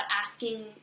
asking